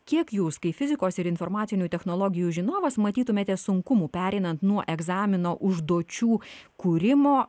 kiek jūs kaip fizikos ir informacinių technologijų žinovas matytumėte sunkumų pereinant nuo egzamino užduočių kūrimo